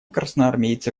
красноармейца